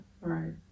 right